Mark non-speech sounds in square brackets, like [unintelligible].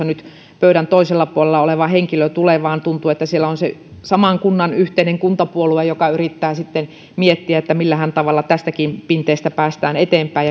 [unintelligible] nyt pöydän toisella puolella oleva henkilö tulee vaan tuntuu että siellä on se kunnan yhteinen kuntapuolue joka yrittää sitten miettiä millähän tavalla tästäkin pinteestä päästään eteenpäin [unintelligible]